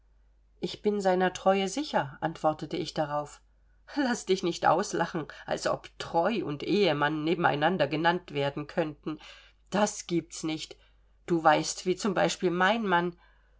ich bin seiner treue sicher antwortete ich darauf laß dich nicht auslachen als ob treu und ehemann nebeneinander genannt werden könnten das gibt's nicht du weißt wie zum beispiel mein mann